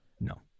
No